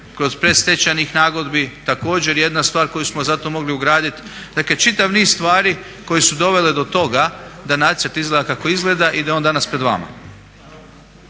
kroz predstečajnih nagodbi, također jedna stvar koju smo zato mogli ugraditi. Dakle čitav niz stvari koje su dovele do toga da nacrt izgleda kako izgleda i da je on danas pred vama.